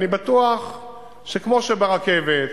אני בטוח שכמו שברכבת,